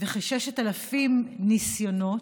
וכ-6,000 ניסיונות,